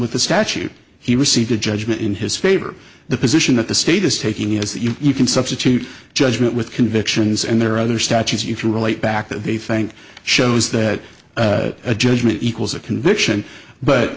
with the statute he received a judgment in his favor the position that the state is taking is that you can substitute judgment with convictions and there are other statutes you relate back to the thank shows that a judgment equals a conviction but